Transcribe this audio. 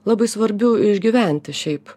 labai svarbiu išgyventi šiaip